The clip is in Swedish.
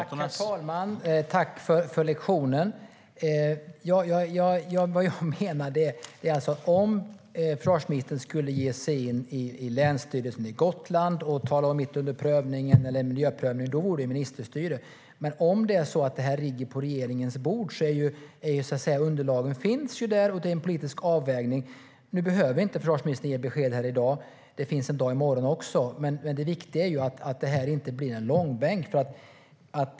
Herr talman! Jag tackar för lektionen. Det jag menade var att om försvarsministern skulle ge sig in i Länsstyrelsen i Gotlands län och tala om detta mitt under miljöprövningen så vore det ministerstyre. Men om detta ligger på regeringens bord finns ju underlagen där, och det blir en politisk avvägning. Försvarsministern behöver inte ge besked här i dag, utan det finns en dag i morgon också. Det viktiga är att detta inte dras i långbänk.